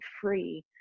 free